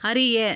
அறிய